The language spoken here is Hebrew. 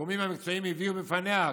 הגורמים המקצועיים הביאו בפניה,